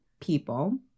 people